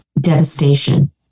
devastation